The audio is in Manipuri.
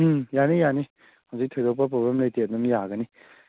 ꯎꯝ ꯌꯥꯅꯤ ꯌꯥꯅꯤ ꯍꯧꯖꯤꯛ ꯊꯣꯏꯗꯣꯛꯄ ꯄ꯭ꯔꯣꯕ꯭ꯂꯦꯝ ꯂꯩꯇꯦ ꯑꯗꯨꯝ ꯌꯥꯒꯅꯤ